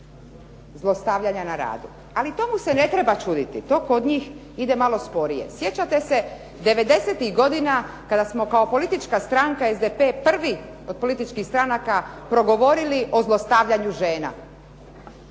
zlostavljanja na radu. Ali tomu se ne treba čuditi. To kod njih ide malo sporije. Sjećate se devedesetih godina kada smo kao politička stranka SDP prvi od političkih stranaka progovorili o zlostavljanju žena.